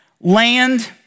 Land